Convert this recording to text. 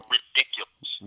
ridiculous